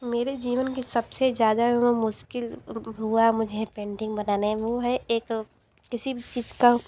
मेरे जीवन की सबसे ज़्यादा एवं मुश्किल हुआ मुझे पेंटिंग बनाने वो है एक किसी भी चीज़ का